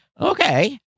okay